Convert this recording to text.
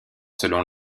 selon